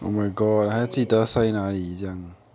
ya